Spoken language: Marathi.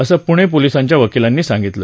असं पुणे पोलिसांच्या वकिलांनी सांगितलं